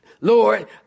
Lord